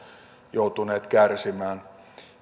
joutuneet kärsimään